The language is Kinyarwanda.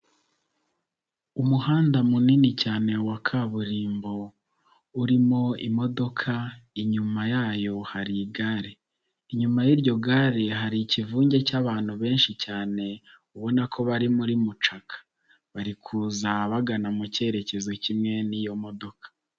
Umuhanda munini cyane wa kaburimbo urimo imodoka inyuma yayo hari igare, inyuma y'iryo gare hari ikivunge cy'abantu benshi cyane ubona ko bari muri mucaka, bari kuza bagana mu cyerekezo kimwe n'iyo modoka.